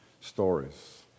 stories